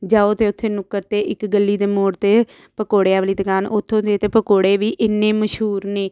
ਜਾਓ ਅਤੇ ਉੱਥੇ ਨੁੱਕਰ 'ਤੇ ਇੱਕ ਗਲੀ ਦੇ ਮੋੜ 'ਤੇ ਪਕੌੜਿਆਂ ਵਾਲੀ ਦੁਕਾਨ ਉੱਥੋਂ ਦੇ ਤਾਂ ਪਕੌੜੇ ਵੀ ਇੰਨੇ ਮਸ਼ਹੂਰ ਨੇ